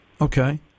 Okay